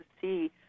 see